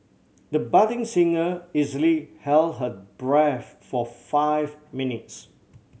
the budding singer easily held her breath for five minutes